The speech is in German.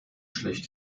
schlecht